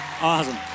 awesome